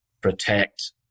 protect